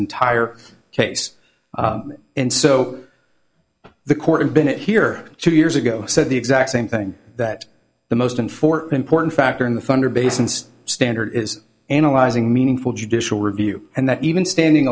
entire case and so the court of binet here two years ago said the exact same thing that the most and for an important factor in the thunder bay since standard is analyzing meaningful judicial review and that even standing